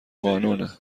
قانونه